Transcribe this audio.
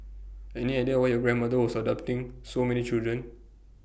any idea why your grandmother was adopting so many children